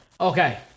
Okay